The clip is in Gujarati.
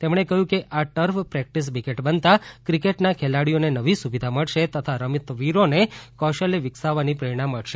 તેમણે કહ્યું કે આ ટર્ફ પ્રેક્ટિસ વિકેટ બનતા ક્રિકેટના ખેલાડીઓને નવી સુવિધા મળશે તથા રમતવીરોને કૌશલ્ય વિકસાવવાની પ્રેરણા મળશે